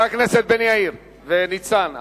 ניצן,